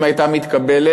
אם הייתה מתקבלת,